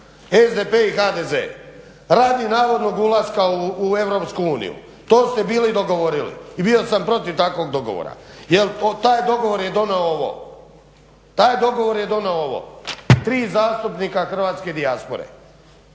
SDP i HDZ radi navodnog ulaska u EU. To ste bili dogovorili i bio sam protiv takvog dogovora. Jer taj dogovor je donio ovo. Tri zastupnika hrvatske dijaspore.